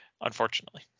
unfortunately